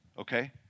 okay